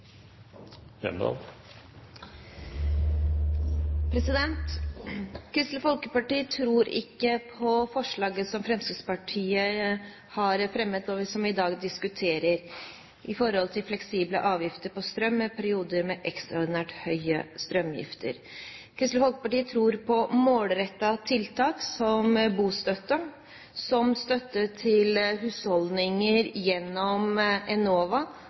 Kristelig Folkeparti tror ikke på forslaget som Fremskrittspartiet har fremmet, og som vi i dag diskuterer, om fleksible avgifter på strøm i perioder med ekstraordinært høye strømutgifter. Kristelig Folkeparti tror på målrettede tiltak som bostøtte, som støtte til husholdninger gjennom Enova